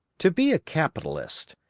to be a capitalist,